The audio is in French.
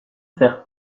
faire